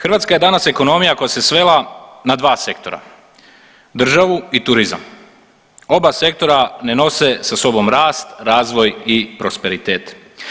Hrvatska je danas ekonomija koja se svela na dva sektora, državu i turizam, oba sektora ne nose sa sobom rast, razvoj i prosperitet.